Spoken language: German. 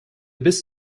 bis